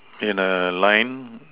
in a line